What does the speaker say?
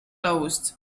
closed